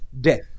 death